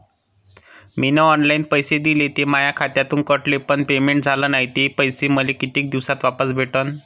मीन online पैसे दिले, ते माया खात्यातून कटले, पण पेमेंट झाल नायं, ते पैसे मले कितीक दिवसात वापस भेटन?